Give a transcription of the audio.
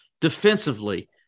defensively